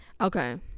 okay